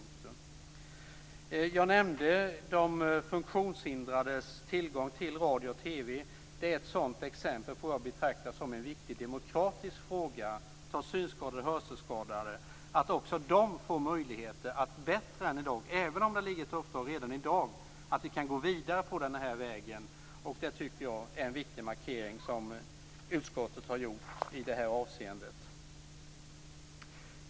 Jag nämnde de funktionshindrades tillgång till radio och TV. Det är ett exempel på vad jag betraktar som en viktig demokratisk fråga. De synskadade och hörselskadade skall få möjligheter att få bättre tillgång till radio och TV än i dag - även om det redan finns ett sådant uppdrag i dag. Det är en viktig markering som utskottet har gjort i det avseendet.